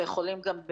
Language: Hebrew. יכולים גם,